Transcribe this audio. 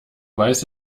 weiß